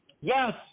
Yes